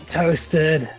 toasted